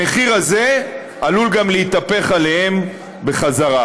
המחיר הזה עלול גם להתהפך עליהם בחזרה.